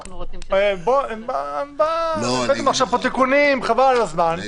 הרי הבאתם פה עכשיו תיקונים חבל על הזמן --- רגע,